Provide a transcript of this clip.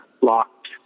locked